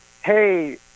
Hey